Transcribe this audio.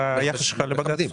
היחס שלך לבג"ץ?